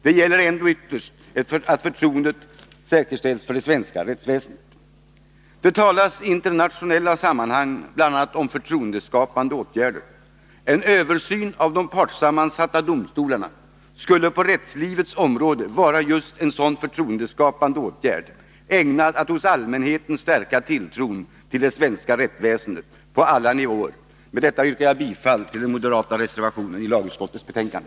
Det gäller ändå ytterst att förtroendet säkerställs för det svenska rättsväsendet. Det talas i internationella sammanhang bl.a. om förtroendeskapande åtgärder. En översyn av de partssammansatta domstolarna skulle på rättslivets område vara just en sådan förtroendeskapande åtgärd, ägnad att hos allmänheten stärka tilltron till det svenska rättsväsendet på alla nivåer. Med detta yrkar jag bifall till den moderata reservationen i lagutskottets betänkande.